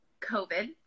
COVID